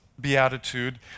beatitude